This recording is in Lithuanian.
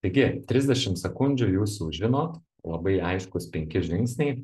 taigi trisdešim sekundžių jūs jau žinot labai aiškūs penki žingsniai